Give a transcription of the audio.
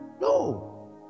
No